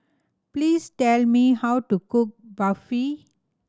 please tell me how to cook Barfi